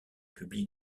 publie